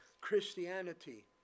Christianity